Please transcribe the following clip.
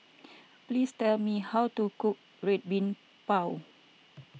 please tell me how to cook Red Bean Bao